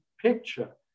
picture